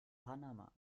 panama